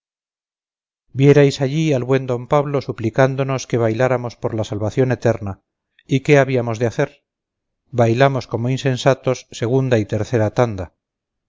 cortesía vierais allí al buen d pablo suplicándonos que bailáramos por la salvación eterna y qué habíamos de hacer bailamos como insensatos segunda y tercera tanda